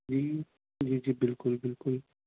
جی جی جی بالکل بالکل